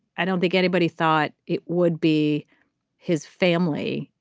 i don't think anybody thought it would be his family.